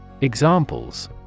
Examples